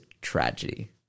tragedy